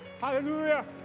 Hallelujah